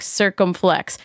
circumflex